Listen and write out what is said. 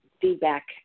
feedback